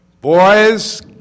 boys